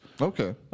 Okay